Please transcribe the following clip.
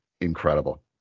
incredible